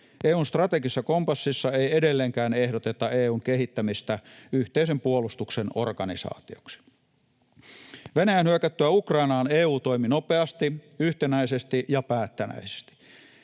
EU:n strategisessa kompassissa ei edelleenkään ehdoteta EU:n kehittämistä yhteisen puolustuksen organisaatioksi. Venäjän hyökättyä Ukrainaan EU toimi nopeasti, yhtenäisesti ja päättäväisesti.